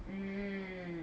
mm